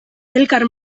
elkar